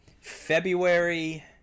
february